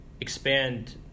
expand